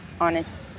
honest